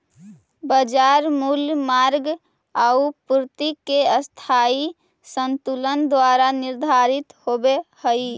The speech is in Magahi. बाजार मूल्य माँग आउ पूर्ति के अस्थायी संतुलन द्वारा निर्धारित होवऽ हइ